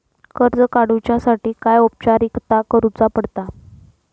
कर्ज काडुच्यासाठी काय औपचारिकता करुचा पडता?